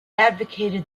advocated